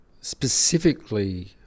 specifically